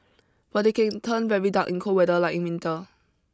but they can turn very dark in cold weather like in winter